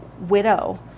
widow